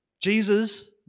Jesus